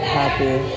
happy